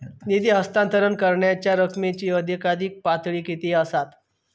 निधी हस्तांतरण करण्यांच्या रकमेची अधिकाधिक पातळी किती असात?